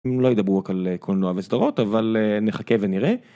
הם לא ידברו רק על קולנוע וסדרות אבל נחכה ונראה.